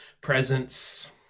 presence